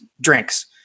drinks